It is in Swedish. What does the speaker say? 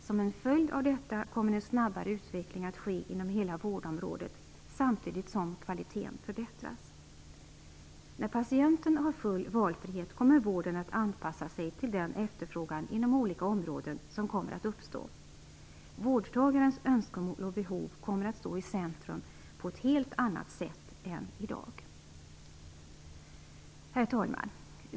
Som en följd av detta kommer en snabbare utveckling att ske inom hela vårdområdet samtidigt som kvaliteten förbättras. När patienten har full valfrihet kommer vården att anpassa sig till den efterfrågan inom olika områden som kommer att uppstå. Vårdtagarens önskemål och behov kommer att stå i centrum på ett helt annat sätt än i dag. Herr talman!